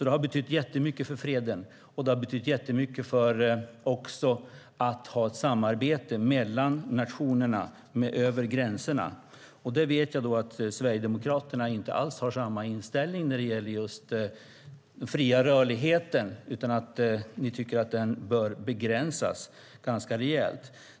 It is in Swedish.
Det har alltså betytt mycket för freden, och det har betytt mycket att ha ett samarbete mellan nationerna över gränserna. Jag vet att Sverigedemokraterna inte alls har samma inställning när det gäller just den fria rörligheten. Ni tycker att den bör begränsas ganska rejält.